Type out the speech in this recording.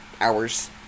hours